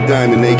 Diamond